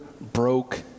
broke